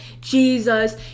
Jesus